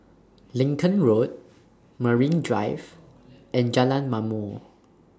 Lincoln Road Marine Drive and Jalan Ma'mor